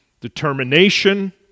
determination